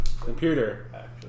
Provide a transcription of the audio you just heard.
Computer